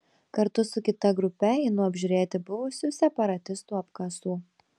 kartu su kita grupe einu apžiūrėti buvusių separatistų apkasų